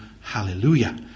hallelujah